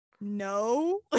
No